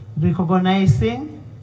recognizing